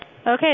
Okay